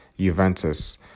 Juventus